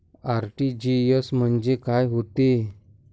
RTGS म्हंजे काय होते?